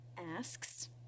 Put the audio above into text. asks